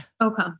Okay